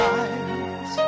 eyes